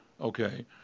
Okay